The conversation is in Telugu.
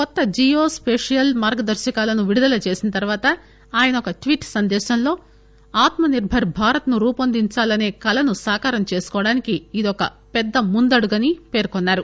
కొత్త జియో స్పేషియల్ మార్గదర్భకాలను విడుదల చేసిన తర్వాత ఆయన ఒక ట్వీట్ సందేశంలో ఆత్మ నిర్బర్ భారత్ ను రూవొందించాలసే కలను సాకారం చేసుకోవటానికి ఇది ఒక పెద్ద ముందడుగు అని పేర్కొన్నారు